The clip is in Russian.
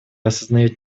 осознает